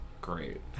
great